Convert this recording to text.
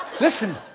Listen